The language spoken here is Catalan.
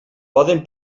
poden